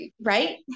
right